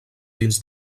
dins